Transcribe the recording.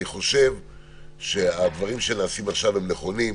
אני חושב שהדברים שנעשים עכשיו הם נכונים.